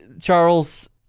Charles